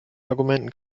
argumenten